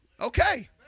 okay